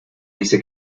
dice